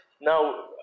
Now